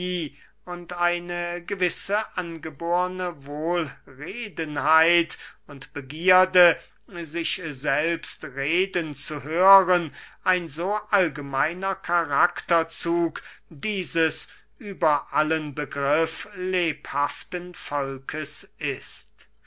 und eine gewisse angeborne wohlredenheit und begierde sich selbst reden zu hören ein so allgemeiner karakterzug dieses über allen begriff lebhaften volkes ist